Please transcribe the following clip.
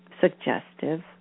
suggestive